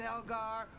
Elgar